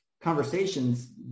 conversations